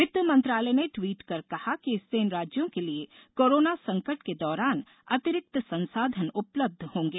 वित्त मंत्रालय ने ट्वीट कर कहा कि इससे इन राज्यों के लिए कोरोना संकट के दौरान अतिरिक्त संसाधन उपलब्ध होंगे